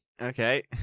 Okay